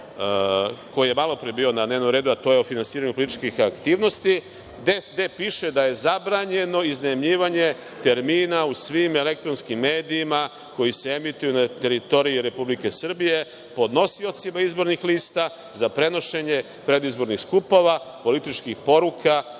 koji je malopre bio na dnevnom redu, a to je o finansiranju političkih aktivnosti gde piše da je zabranjeno iznajmljivanje termina u svim elektronskim medijima koji se emituju na teritoriji Republike Srbije podnosiocima izbornih lista za prenošenje predizbornih skupova, političkih poruka